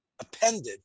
appended